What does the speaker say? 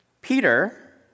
Peter